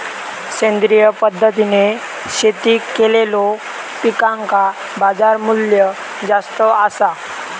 सेंद्रिय पद्धतीने शेती केलेलो पिकांका बाजारमूल्य जास्त आसा